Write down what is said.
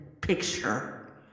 picture